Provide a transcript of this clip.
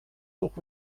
toch